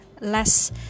less